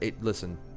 Listen